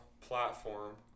platform